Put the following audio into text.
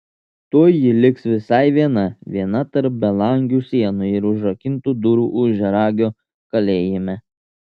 tuoj ji liks visai viena viena tarp belangių sienų už užrakintų durų ožiaragio kalėjime